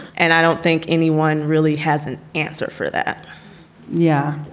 and i don't think anyone really has an answer for that yeah,